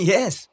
Yes